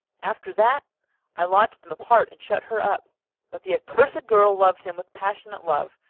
after that i lodged them apart and shut her up but the accursed girl loved him with passionate love,